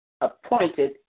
appointed